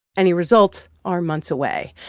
any results are months away,